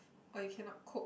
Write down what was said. or you cannot cope